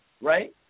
Right